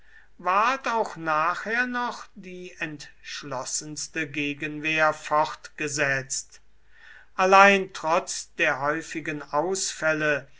ward auch nachher noch die entschlossenste gegenwehr fortgesetzt allein trotz der häufigen ausfälle